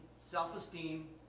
self-esteem